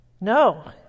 No